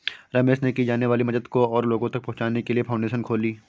रमेश ने की जाने वाली मदद को और लोगो तक पहुचाने के लिए फाउंडेशन खोली